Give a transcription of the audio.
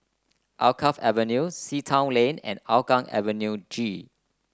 Alkaff Avenue Sea Town Lane and Hougang Avenue G